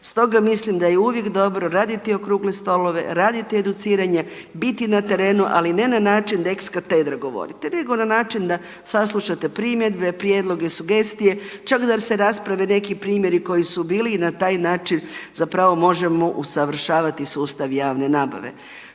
Stoga mislim da je uvijek dobro raditi okrugle stolove, raditi educiranje, biti na terenu. Ali ne način da ex katedra govorite, nego na način da saslušate primjedbe, prijedloge i sugestije, čak da se rasprave neki primjeri koji su bili i na taj način zapravo možemo usavršavati sustav javne nabave.